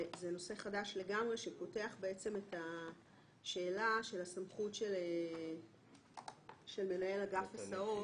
זה נושא חדש לגמרי שפותח את השאלה של הסמכות של מנהל אגף הסעות.